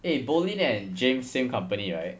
eh bolin and james same company right